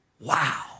Wow